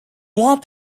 want